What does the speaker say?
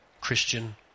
Christian